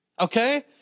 okay